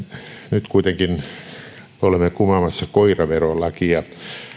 nyt kuitenkin olemme kumoamassa koiraverolakia